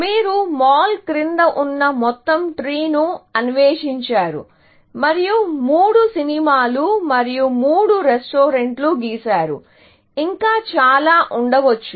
మీరు మాల్ క్రింద ఉన్న మొత్తం ట్రీ ను అన్వేషించారు మరియు మూడు సినిమాలు మరియు మూడు రెస్టారెంట్లను గీసారు ఇంకా చాలా ఉండవచ్చు